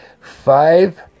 Five